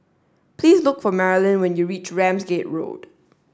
please look for Marylyn when you reach Ramsgate Road